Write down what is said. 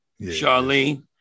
Charlene